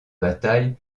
bataille